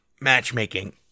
matchmaking